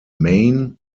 maine